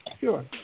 Sure